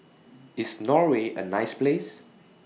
IS Norway A nice Place